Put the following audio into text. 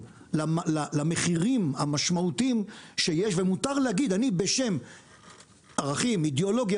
למחירים המשמעותיים שיש ומותר להגיד אני בשם ערכים אידיאולוגיה